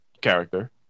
character